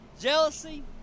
jealousy